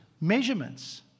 Measurements